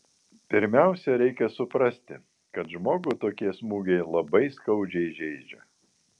pirmiausia reikia suprasti kad žmogų tokie smūgiai labai skaudžiai žeidžia